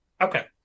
Okay